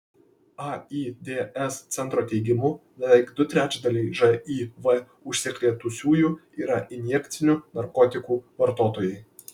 aids centro teigimu beveik du trečdaliai živ užsikrėtusiųjų yra injekcinių narkotikų vartotojai